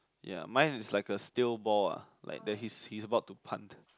ya mine is like a still ball ah like that he's he's about to punt